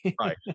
right